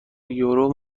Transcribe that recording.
یورو